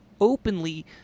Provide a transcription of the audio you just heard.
openly